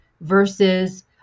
versus